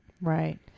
Right